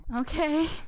Okay